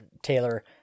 Taylor